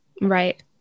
right